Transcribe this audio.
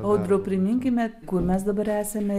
audriau priminkime kur mes dabar esame